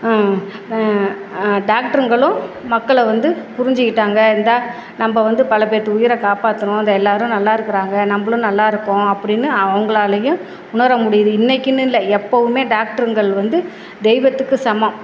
டாக்டருங்களும் மக்களை வந்து புரிஞ்சுக்கிட்டாங்க இந்தா நம்ம வந்து பல பேத்து உயிரை காப்பாற்றுனோம் அந்த எல்லோரும் நல்லா இருக்கிறாங்க நம்மளும் நல்லா இருக்கோம் அப்படின்னு அவங்களாலையும் உணர முடியுது இன்றைக்கின்னு இல்லை எப்போவுமே டாக்டருங்கள் வந்து தெய்வத்துக்கு சமம்